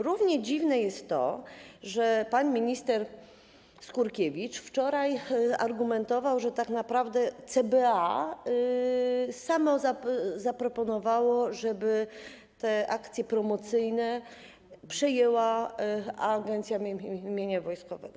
Równie dziwne jest to, że pan minister Skurkiewicz wczoraj argumentował, że tak naprawdę CBA samo zaproponowało, żeby akcje promocyjne przejęła Agencja Mienia Wojskowego.